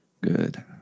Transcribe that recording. Good